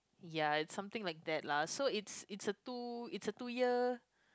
ya it's something like that lah so it's it's a two it's a two year